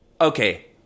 Okay